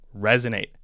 resonate